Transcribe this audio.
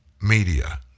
media